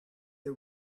the